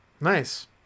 Nice